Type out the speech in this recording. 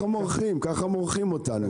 כך "מורחים" אותנו.